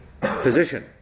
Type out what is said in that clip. position